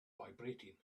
vibrating